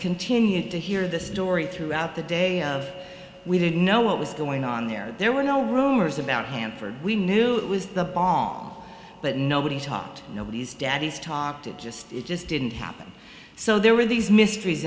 continued to hear the story throughout the day we didn't know what was going on there there were no rumors about hanford we knew was the bomb that nobody taught nobody's daddy's talked it just it just didn't happen so there were these mysteries